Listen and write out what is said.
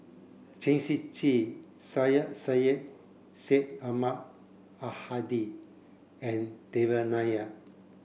Chen Shiji Syed Sheikh Syed Ahmad Al Hadi and Devan Nair